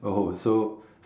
oh so